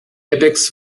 airbags